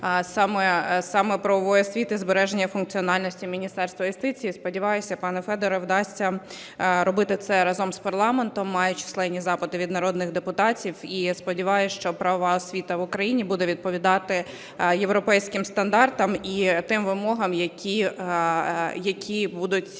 саме правової освіти, збереження функціональності Міністерства юстиції. Сподіваюся, пане Федоре, вдасться робити це разом з парламентом, маю численні запити від народних депутатів. І сподіваюсь, що правова освіта в Україні буде відповідати європейським стандартам і тим вимогам, які будуть